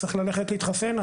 צריך ללכת להתחסן.